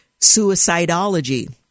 suicidology